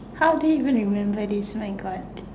how do we even remember this my God